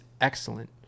excellent